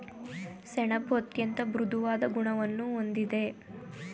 ಸೆಣಬು ಅತ್ಯಂತ ಮೃದುವಾದ ಗುಣವನ್ನು ಹೊಂದಿದೆ